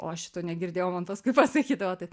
o šito negirdėjau man paskui pasakydavo taip